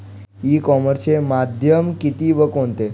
E कॉमर्सचे माध्यम किती व कोणते?